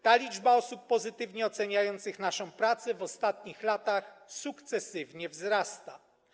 Ta liczba osób pozytywnie oceniających naszą pracę w ostatnich latach sukcesywnie wzrasta.